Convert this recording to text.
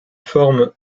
forme